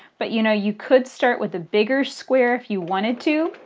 but you know you could start with a bigger square if you wanted to.